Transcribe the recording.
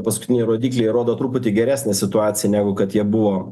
paskutiniai rodikliai rodo truputį geresnę situaciją negu kad jie buvo